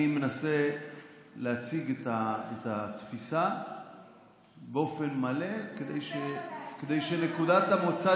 אני מנסה להציג את התפיסה באופן מלא כדי שנקודת המוצא